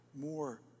more